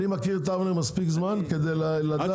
אני מכיר את אבנר מספיק זמן כדי לדעת שהוא יכול לטפל בזה.